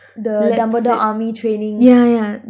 the dumbledore army trainings